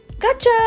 Gotcha